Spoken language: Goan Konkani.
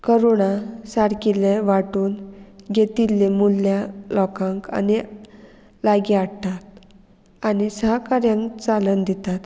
करूणा सारकिल्ले वांटून घेतिल्ले मुल्यां लोकांक आनी लागीं हाडटात आनी सहकार्यांक चालन दितात